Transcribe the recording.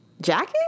jacket